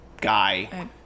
guy